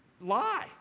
lie